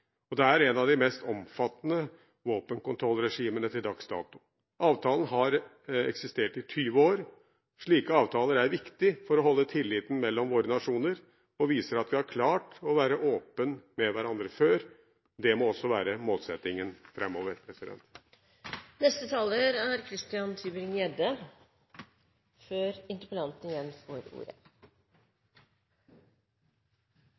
Det er et av de mest omfattende våpenkontrollregimene til dags dato. Avtalen har eksistert i 20 år. Slike avtaler er viktig for å opprettholde tilliten mellom våre nasjoner og viser at vi har klart å være åpne med hverandre før. Det må også være målsettingen framover. La meg også først få takke interpellanten